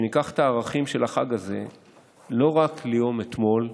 שניקח את הערכים של החג הזה לא רק ליום אתמול,